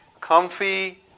comfy